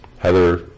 Heather